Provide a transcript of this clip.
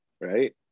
right